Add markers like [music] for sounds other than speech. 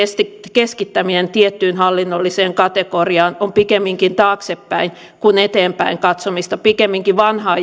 keskittäminen tiettyyn hallinnolliseen kategoriaan on pikemminkin taaksepäin kuin eteenpäin katsomista pikemminkin vanhaa [unintelligible]